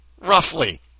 roughly